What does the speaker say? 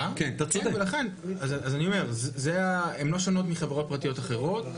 הן לא שונות מחברות פרטיות אחרות.